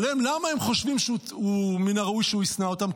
אבל למה הם חושבים שמן הראוי שהוא ישנא אותם?